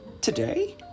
Today